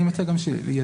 אני מציע גם שיזמינו,